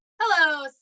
hello